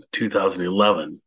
2011